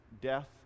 death